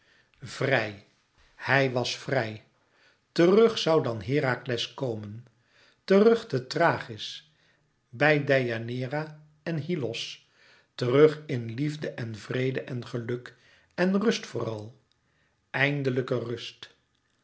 vrij hij was vrij terug zoû dan herakles komen terug te thrachis bij deianeira en hyllos terug in liefde en vrede en geluk en rust vooral eindelijke rust